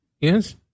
yes